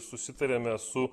susitarėme su